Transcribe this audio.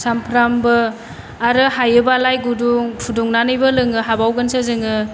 सानफ्रामबो आरो हायोबालाय गुदुं फुदुंनानैबो लोंनो हाबावगोनसो जोङो